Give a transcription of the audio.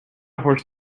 horse